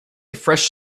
fresh